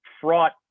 fraught